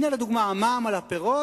הנה, לדוגמה, המע"מ על הפירות.